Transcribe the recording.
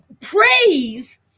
praise